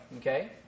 okay